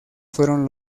fueron